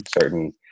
certain